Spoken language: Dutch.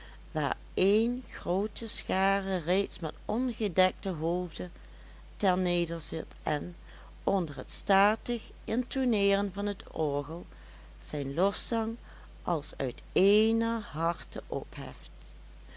waar een groote schare reeds met ongedekten hoofde ter nederzit en onder het statig intoneeren van het orgel zijn lofzang als uit ééner harte opheft